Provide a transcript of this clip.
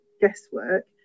guesswork